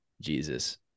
Jesus